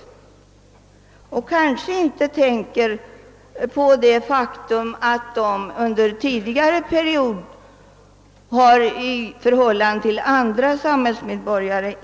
De kanske inte tänker på det faktum att de tidigare har intagit en privilegierad ställning i förhållande till andra samhällsmedborgare.